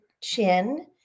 chin